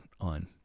on